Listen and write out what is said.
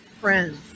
friends